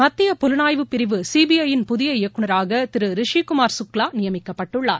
மத்திய புலனாய்பு பிரிவு சிபிஐயின் புதிய இயக்குநராக திரு ரிஷி குமார் கக்லா நியமிக்கப்பட்டுள்ளார்